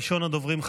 ראשון הדוברים,